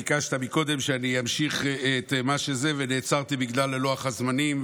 ביקשת קודם שאמשיך ונעצרתי בגלל לוח הזמנים,